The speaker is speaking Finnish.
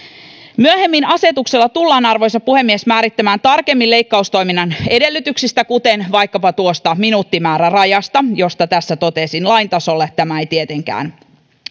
myöhemmin asetuksella tullaan arvoisa puhemies määrittämään tarkemmin leikkaustoiminnan edellytyksistä kuten vaikkapa tuosta minuuttimäärärajasta josta tässä totesin lain tasolle tämä ei tietenkään